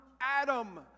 Adam